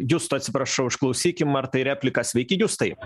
justo atsiprašau išklausykim ar tai repliką sveiki justai